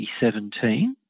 2017